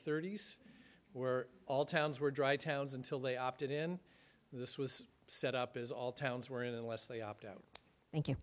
thirty's where all towns were dry towns until they opted in this was set up as all towns were in unless they opt out